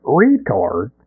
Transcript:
retard